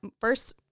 first